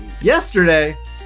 yesterday